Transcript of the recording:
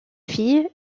filles